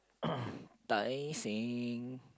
Tai-Seng